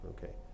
Okay